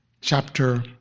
chapter